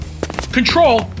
Control